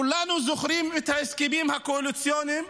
כולנו זוכרים את ההסכמים הקואליציוניים,